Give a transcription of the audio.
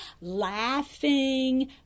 laughing